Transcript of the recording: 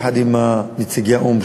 יחד עם נציגי האו"ם,